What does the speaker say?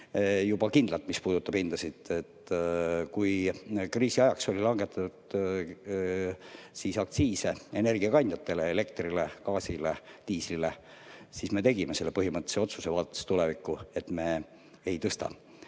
juba kindlalt, mis puudutab hindasid. Kui kriisiajaks oli langetatud aktsiise energiakandjatele – elektrile, gaasile, diislile –, siis me tegime selle põhimõttelise otsuse, vaadates tulevikku, et me [aktsiise]